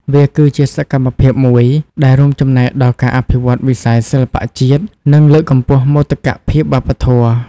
វាគឺជាសកម្មភាពមួយដែលរួមចំណែកដល់ការអភិវឌ្ឍវិស័យសិល្បៈជាតិ និងលើកកម្ពស់មោទកភាពវប្បធម៌។